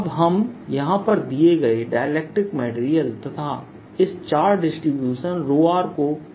अब हम यहां पर दिए गए डाइलेक्ट्रिक मटेरियल तथा इस चार्ज डिस्ट्रीब्यूशन को देखते हैं